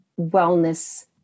wellness